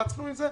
רצנו עם זה.